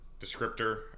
descriptor